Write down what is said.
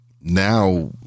now